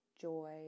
joy